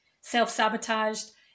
self-sabotaged